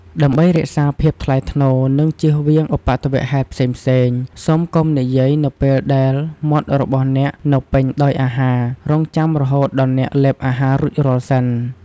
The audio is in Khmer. ដើម្បីរក្សាភាពថ្លៃថ្នូរ និងជៀសវាងឧបទ្ទវហេតុផ្សេងៗ សូមកុំនិយាយនៅពេលដែលមាត់របស់អ្នកនៅពេញដោយអាហារ រង់ចាំរហូតដល់អ្នកលេបអាហាររួចរាល់សិន។